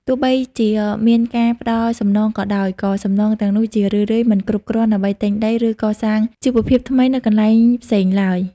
ទោះបីជាមានការផ្តល់សំណងក៏ដោយ ក៏សំណងទាំងនោះជារឿយៗមិនគ្រប់គ្រាន់ដើម្បីទិញដី ឬកសាងជីវភាពថ្មីនៅកន្លែងផ្សេងឡើយ។